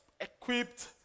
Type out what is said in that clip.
equipped